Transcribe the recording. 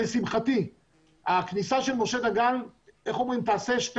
לשמחתי הכניסה של משה דגן תעשה שתי